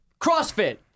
CrossFit